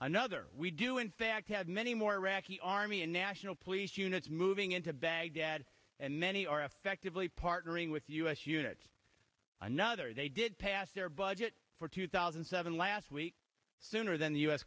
another we do in fact have many more iraqi army and national police units moving into baghdad and many are effectively partnering with us units another they did pass their budget for two thousand and seven last week sooner than the u